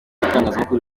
itangazamakuru